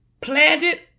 planted